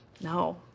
No